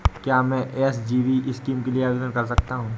क्या मैं SGB scheme के लिए आवेदन कर सकता हूँ?